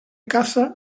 caza